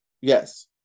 Yes